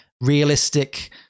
realistic